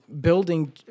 building